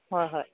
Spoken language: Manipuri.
ꯍꯣꯏ ꯍꯣꯏ